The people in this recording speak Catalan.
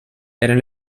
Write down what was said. eren